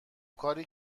کاری